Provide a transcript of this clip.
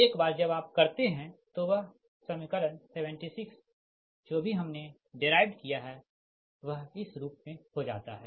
एक बार जब आप करते है तोवह समीकरण 76 जो भी हमने डेराइवड किया है वह इस रूप में हो जाता है